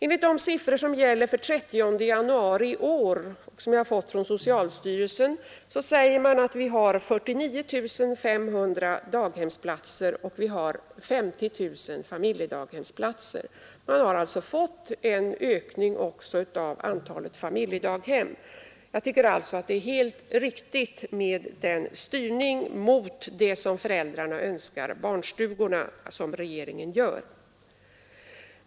Enligt de siffror som gällde den 30 januari i år — och som jag har fått från socialstyrelsen — har vi 49 500 daghemsplatser och 50 000 familjedaghemsplatser. Det har följaktligen blivit en ökning även av antalet familjedaghem. Jag tycker alltså att det är helt riktigt med styrningen i den riktning som föräldrarna önskar beträffande barnstugorna, som regeringen gör.